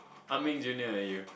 Ah-Meng junior eh you